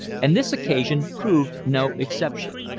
and this occasion proved no exception,